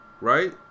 right